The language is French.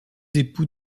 époux